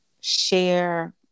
share